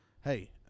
hey